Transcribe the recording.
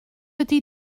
ydy